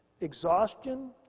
exhaustion